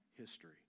history